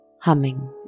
humming